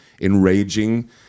enraging